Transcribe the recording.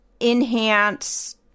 enhance